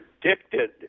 predicted